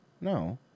No